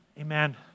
Amen